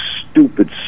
stupid